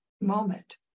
moment